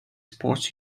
sports